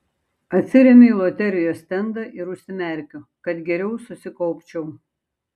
atsiremiu į loterijos stendą ir užsimerkiu kad geriau susikaupčiau